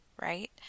right